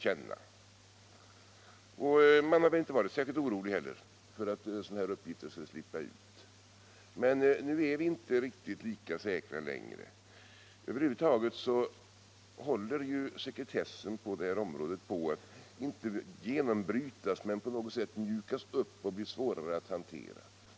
Man har väl inte heller varit särskilt orolig för att sådana här uppgifter skall slippa ut. Men nu är vi inte riktigt lika säkra längre. Över huvud taget håller sekretessen på det här området på att, inte genombrytas men på något sätt mjukas upp och bli svårare att hantera.